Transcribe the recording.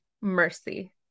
mercy